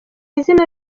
izina